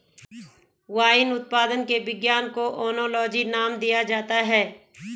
wine उत्पादन के विज्ञान को ओनोलॉजी नाम दिया जाता है